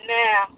now